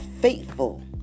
faithful